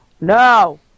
No